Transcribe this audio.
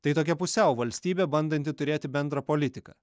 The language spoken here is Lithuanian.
tai tokia pusiau valstybė bandanti turėti bendrą politiką